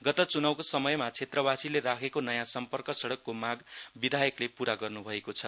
गत चुनाउको समयमा क्षेत्रवासीले राखेको नयाँ सम्पर्क सडकको माग विधायकले प्रा गर्न् भएको छ